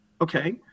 okay